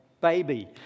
baby